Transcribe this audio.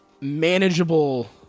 manageable